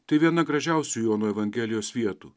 tai viena gražiausių jono evangelijos vietų